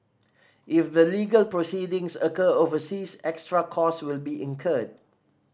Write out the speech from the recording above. if the legal proceedings occur overseas extra costs will be incurred